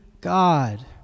God